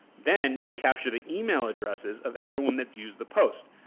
then you capture the email addresses of everyone that views the post,